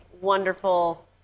wonderful